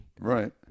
Right